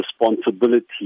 responsibility